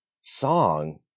song